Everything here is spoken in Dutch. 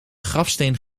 grafsteen